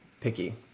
picky